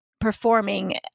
performing